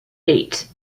eight